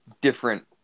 different